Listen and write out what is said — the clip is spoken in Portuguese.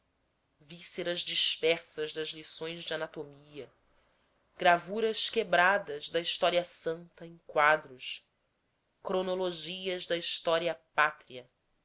vísceras dispersas das lições de anatomia gravuras quebradas da história santa em quadros cronologias da história pátria